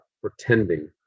pretending